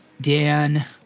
Dan